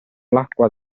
l’acqua